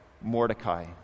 Mordecai